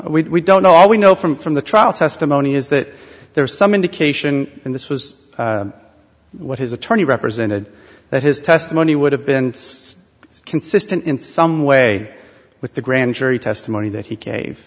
know we don't know all we know from from the trial testimony is that there was some indication in this was what his attorney represented that his testimony would have been consistent in some way with the grand jury testimony that he cave